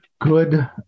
good